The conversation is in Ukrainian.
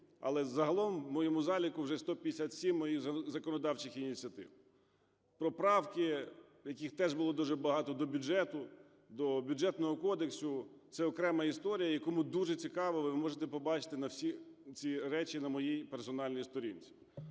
Але загалом в моєму заліку вже 157 моїх законодавчих ініціатив. Про правки, яких теж було дуже багато до бюджету, до Бюджетного кодексу – це окрема історія. Кому дуже цікаво, ви можете побачити всі ці речі на моїй персональній сторінці.